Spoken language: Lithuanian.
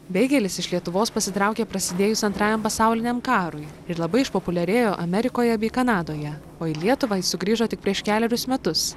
beigelis iš lietuvos pasitraukė prasidėjus antrajam pasauliniam karui ir labai išpopuliarėjo amerikoje bei kanadoje o į lietuvą jis sugrįžo tik prieš kelerius metus